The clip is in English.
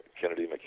Kennedy